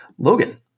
Logan